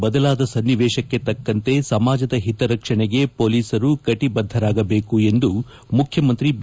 ಬದಲಾದ ಸ್ನಿವೇಶಕ್ಕೆ ಶಕ್ಕಂತೆ ಸಮಾಜದ ಹಿತರಕ್ಷಣೆಗೆ ಮೊಲೀಸರು ಕಟಬದ್ಧರಾಗಬೇಕು ಎಂದು ಮುಖ್ಯಮಂತ್ರಿ ಬಿ